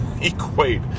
equate